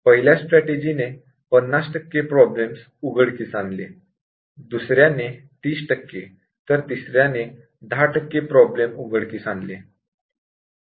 पहिल्या स्ट्रॅटेजी ने 50 टक्के प्रॉब्लेम्स उघडकीस आणले दुसऱ्याने 30 टक्के तर तिसऱ्या ने 10 टक्के प्रॉब्लेम उघडकीस आणले